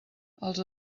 els